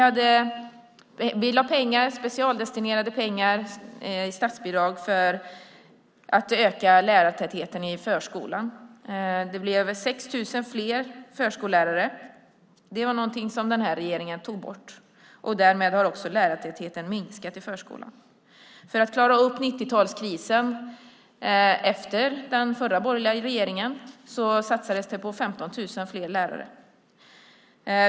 Men vi lade specialdestinerade pengar i statsbidrag för att öka lärartätheten i förskolan. Det blev 6 000 fler förskollärare. Det var någonting som den här regeringen tog bort. Därmed har också lärartätheten minskat i förskolan. För att klara upp 90-talskrisen efter den förra borgerliga regeringen satsades det på 15 000 fler lärare.